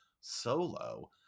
Solo